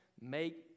make